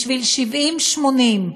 70, 80,